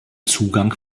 zugang